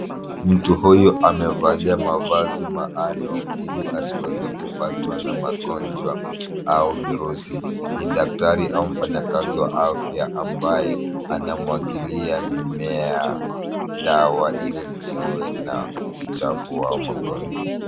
Mtu huyu amevalia mavazi maalum ili asiweze kupatwa na magonjwa au virusi. Ni daktari au mfanyakazi wa afya ambaye anamwagilia mimea dawa ili lisiwe na uchafu wa magonjwa.